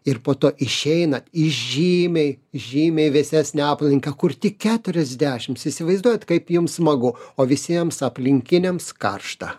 ir po to išeinat į žymiai žymiai vėsesnę aplinką kur tik keturiasdešimts įsivaizduojat kaip jums smagu o visiems aplinkiniams karšta